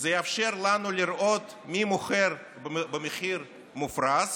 זה יאפשר לנו לראות מי מוכר במחיר מופרז